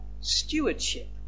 stewardship